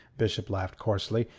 bishop laughed coarsely.